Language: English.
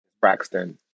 Braxton